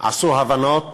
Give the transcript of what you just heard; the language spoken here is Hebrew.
עשו הבנות